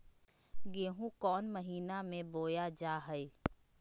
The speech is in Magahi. गेहूँ कौन महीना में बोया जा हाय?